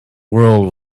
world